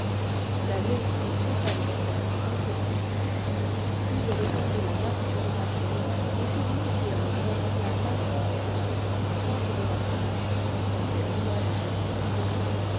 la vieille femme ôta le couvert sans se presser puis elle étendit la nappe sur le parquet et fit glisser en grondant la masse qui craquait jusqu'au centre de la toile dont elle noua les quatre bouts